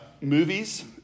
movies